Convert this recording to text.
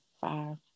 five